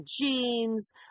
jeans